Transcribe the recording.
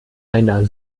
einer